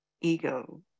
ego